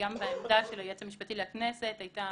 גם בעמדה של היועץ המשפטי לכנסת של הכנסת היתה